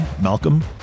Malcolm